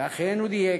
ואכן, הוא דייק,